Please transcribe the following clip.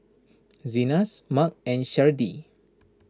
Zenas Marc and Sharde